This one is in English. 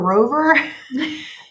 Rover